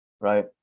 right